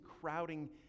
crowding